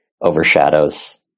overshadows